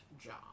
job